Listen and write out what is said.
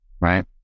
right